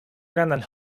grandan